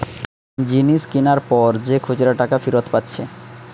জিনিস কিনার পর যে খুচরা টাকা ফিরত পাচ্ছে